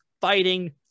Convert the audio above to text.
fighting